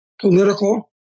political